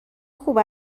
خوب